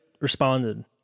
responded